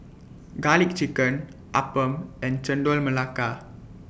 Garlic Chicken Appam and Chendol Melaka